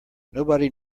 nobody